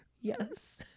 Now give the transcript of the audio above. Yes